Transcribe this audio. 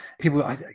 people